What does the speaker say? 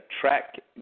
track